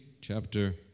chapter